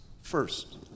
First